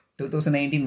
2019